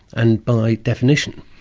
and by definition,